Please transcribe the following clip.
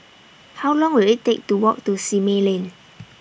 How Long Will IT Take to Walk to Simei Lane